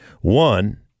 One